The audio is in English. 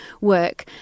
work